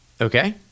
Okay